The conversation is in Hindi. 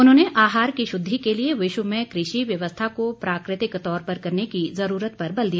उन्होंने आहार की शुद्धि के लिए विश्व में कृषि व्यवस्था को प्राकृतिक तौर पर करने की ज़रूरत पर बल दिया